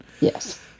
Yes